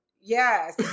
Yes